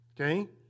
Okay